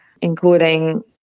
including